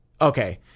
Okay